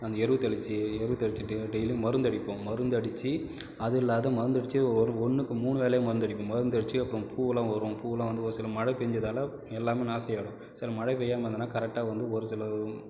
அந்த எருவு தெளிச்சு எருவு தெளிச்சுட்டு டெய்லியும் மருந்து அடிப்போம் மருந்து அடிச்சு அதுவும் இல்லாத மருந்து அடிச்சு ஓ ஒன்றுக்கு மூணு வேலையா மருந்து அடிப்போம் மருந்து அடிச்சு அப்புறம் பூவெல்லாம் வரும் பூவெல்லாம் வந்து ஒரு சில மழை பெஞ்சதால எல்லாமே நாஸ்தியாயிடும் சில மழை பெயாம இருந்துதுன்னா கரெக்ட்டாக வந்து ஒருசில